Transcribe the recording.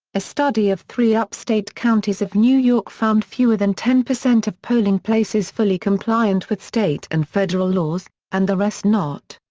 a study of three upstate counties of new york found fewer than ten percent of polling places fully compliant with state and federal laws, and the rest not.